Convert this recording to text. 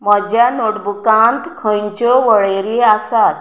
म्हज्या नोटबुकांत खंयच्यो वळेरी आसात